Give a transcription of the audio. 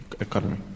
economy